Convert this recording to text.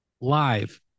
Live